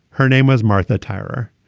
her name was martha tyrer.